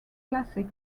classic